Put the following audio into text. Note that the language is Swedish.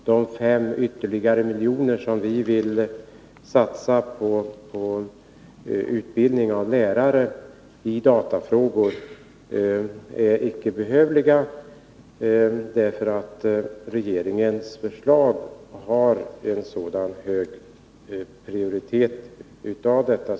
Ylva Annerstedt tycker att de 5 miljoner ytterligare som vi vill satsa på utbildning av lärare i datafrågor icke är behövliga, därför att regeringens förslag ger en sådan hög prioritet åt detta.